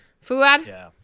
Fuad